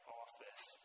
office